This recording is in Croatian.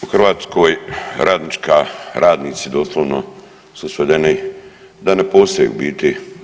U Hrvatskoj radnička, radnici doslovno su svedeni da ne postoje u biti.